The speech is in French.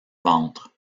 ventre